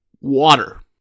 water